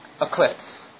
eclipse